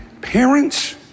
parents